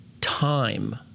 time